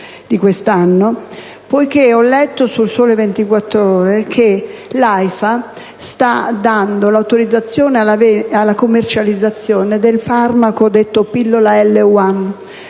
ho letto su «Il Sole 24 Ore» che l'AIFA sta dando l'autorizzazione alla commercializzazione del farmaco detto pillola